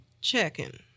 checking